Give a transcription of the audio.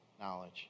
knowledge